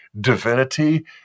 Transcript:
divinity